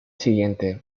siguiente